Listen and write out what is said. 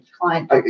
Client